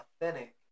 authentic